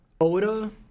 Oda